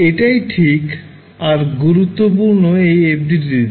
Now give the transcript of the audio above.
এটাই ঠিক আর গুরুত্বপূর্ণ এই FDTD তে